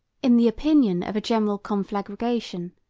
in the opinion of a general conflagration,